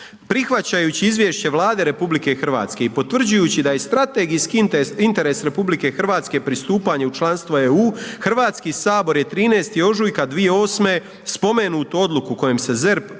Prihvaćajući izvješće Vlade RH i potvrđujući da je strategijski interes RH pristupanje u članstvo EU, HS je 13. ožujka 2008. spomenutu odluku kojom se ZERP